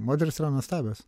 moterys yra nuostabios